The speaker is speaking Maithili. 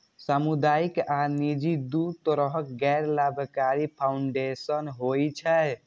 सामुदायिक आ निजी, दू तरहक गैर लाभकारी फाउंडेशन होइ छै